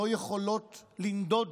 לא יכולות לנדוד